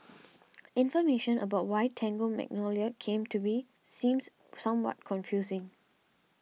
information about why Tango Magnolia came to be seems somewhat confusing